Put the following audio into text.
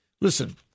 Listen